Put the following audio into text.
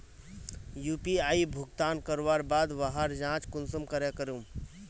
UPI भुगतान करवार बाद वहार जाँच कुंसम करे करूम?